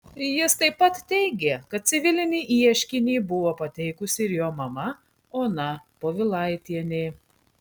jis taip pat teigė kad civilinį ieškinį buvo pateikusi ir jo mama ona povilaitienė